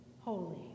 holy